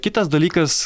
kitas dalykas